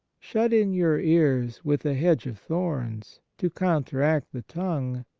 shut in your ears with a hedge of thorns to counteract the tongue,